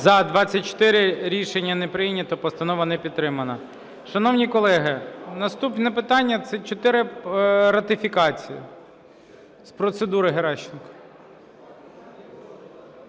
За-24 Рішення не прийнято, постанова не підтримана. Шановні колеги, наступне питання – це чотири ратифікації. З процедури Геращенко.